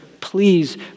Please